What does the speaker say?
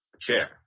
Chair